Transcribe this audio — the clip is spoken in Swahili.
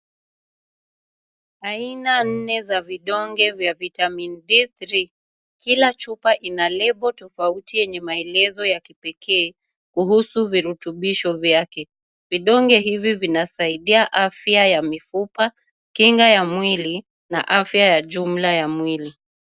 Aina nne za vidonge vya vitamin B3. Kila chupa ina label tofauti yenye maelezo ya kipekee, kuhusu virutubisho vyake. Vidonge hivi vinasaidia afya ya mifupa, kinga ya miwili na afya ya jumla ya mwili.